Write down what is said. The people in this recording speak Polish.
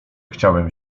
chciałem